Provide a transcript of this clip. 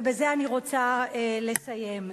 ובזה אני רוצה לסיים.